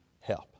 help